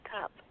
cup